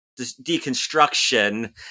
deconstruction